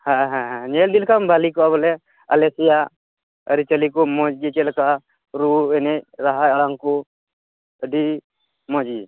ᱦᱮᱸ ᱦᱮᱸ ᱦᱮᱸ ᱧᱮᱞ ᱮᱫᱤ ᱞᱮᱠᱷᱟᱱ ᱵᱷᱟᱞᱤ ᱠᱚᱜᱼᱟ ᱵᱚᱞᱮ ᱟᱞᱮᱥᱮᱭᱟ ᱟᱨᱤ ᱪᱟᱹᱞᱤᱠᱚ ᱢᱚᱡ ᱜᱮ ᱪᱮᱞᱮᱠᱟ ᱨᱩ ᱮᱱᱮᱡ ᱨᱟᱦᱟ ᱟᱲᱟᱝᱠᱩ ᱟᱰᱤ ᱢᱚᱡᱜᱮ